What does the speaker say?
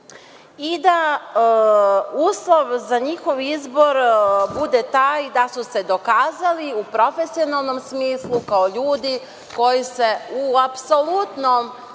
i da uslov za njihov izbor bude taj da su se dokazali u profesionalnom smislu, kao ljudi koji se u svaki